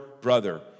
brother